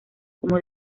como